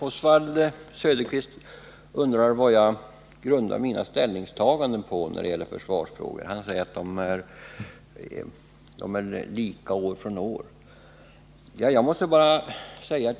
Oswald Söderqvist undrar, på vad jag grundar mina ställningstaganden i försvarsfrågorna, och han säger att de är lika år efter år.